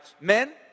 Men